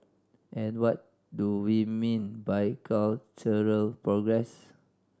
and what do we mean by cultural progress